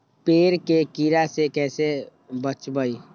पेड़ के कीड़ा से कैसे बचबई?